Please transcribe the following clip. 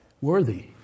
worthy